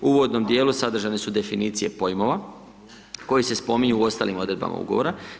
U uvodnom dijelu sadržane su definicije pojmova koji se spominju u ostalim odredbama Ugovora.